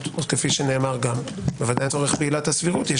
כפי שנאמר אין צורך בעילת הסבירות.